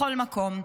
בכל מקום.